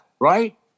right